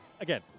again